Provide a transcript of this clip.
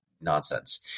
nonsense